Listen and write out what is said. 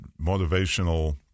motivational